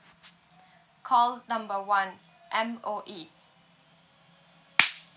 call number one M_O_E